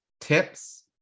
tips